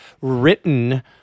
written